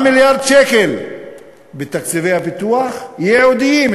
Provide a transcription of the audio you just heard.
4 מיליארד שקל בתקציבי הפיתוח ייעודיים,